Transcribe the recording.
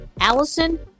Allison